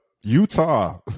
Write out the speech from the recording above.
Utah